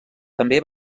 també